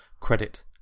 credit